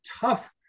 tough